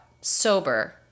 sober